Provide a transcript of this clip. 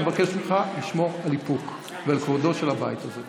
אני מבקש ממך לשמור על איפוק ועל כבודו של הבית הזה.